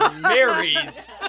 Marries